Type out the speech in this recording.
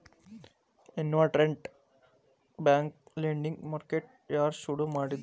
Internet bank lending market ಯಾರ್ ಶುರು ಮಾಡಿದ್ರು?